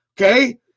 Okay